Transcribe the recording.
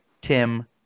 Tim